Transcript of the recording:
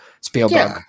spielberg